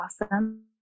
awesome